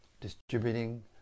distributing